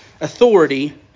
authority